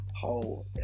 whole